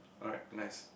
alright nice